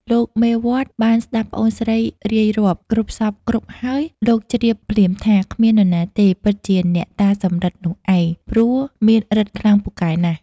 លោកមេវត្តបានស្ដាប់ប្អូនស្រីរាយរាប់គ្រប់សព្វគ្រប់ហើយ លោកជ្រាបភ្លាមថា គ្មាននរណាទេ ពិតជាអ្នកតាសំរឹទ្ធិនោះឯង ព្រោះមានឫទ្ធិខ្លាំងពូកែណាស់ ។